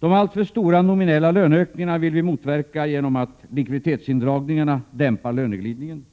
De alltför stora nominella löneökningarna vill vi motverka genom att med hjälp av likviditetsindragningarna dämpa löneglidningen,